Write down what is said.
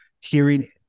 hearing